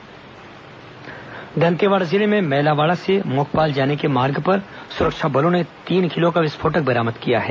बम बरामद दंतेवाड़ा जिले में मैलावाड़ा से मोकपाल जाने के मार्ग पर सुरक्षा बलों ने तीन किलो का विस्फोटक बरामद किया है